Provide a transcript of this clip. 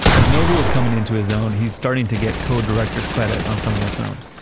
as noble is coming into his own, he's starting to get co-director credit on some of the films,